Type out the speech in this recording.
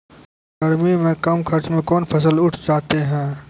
गर्मी मे कम खर्च मे कौन फसल उठ जाते हैं?